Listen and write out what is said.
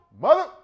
mother